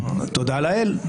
תודה לאל.